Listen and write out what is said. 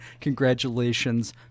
Congratulations